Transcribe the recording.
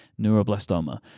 neuroblastoma